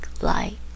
light